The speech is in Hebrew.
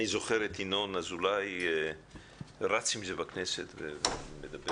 אני זוכר את ינון אזולאי רץ עם זה בכנסת ומדבר